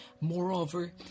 Moreover